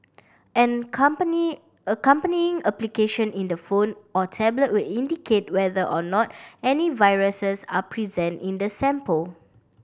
an company accompanying application in the phone or tablet will indicate whether or not any viruses are present in the sample